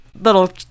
little